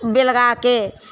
बेलगाके